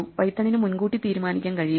പൈത്തണിനു മുൻകൂട്ടി തീരുമാനിക്കാൻ കഴിയില്ല